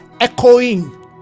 echoing